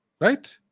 Right